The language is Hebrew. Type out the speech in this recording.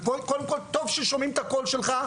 וקודם כל טוב ששומעים את הקול שלך,